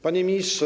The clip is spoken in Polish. Panie Ministrze!